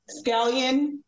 Scallion